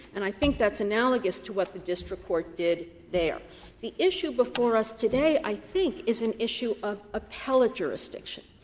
and i think that's analogous to what the district court did there. the issue before us today, i think, is an issue of appellate jurisdiction.